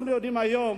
אנחנו יודעים היום